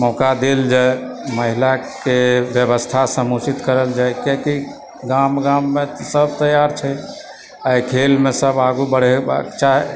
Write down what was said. मौका देल जाइ महिलाके व्यवस्था समुचित करल जाइ किआकि गाम गाममे तऽ सब तैयार छै एहि खेलमे सब आगू बढेबाके चाहै